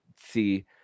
see